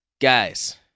Guys